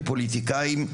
כפוליטיקאים,